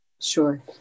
Sure